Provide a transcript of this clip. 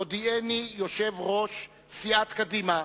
הודיעני יושב-ראש סיעת קדימה,